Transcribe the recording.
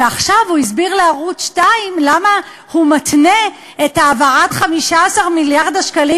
ועכשיו הוא הסביר לערוץ 2 למה הוא מתנה את העברת 15 מיליארד השקלים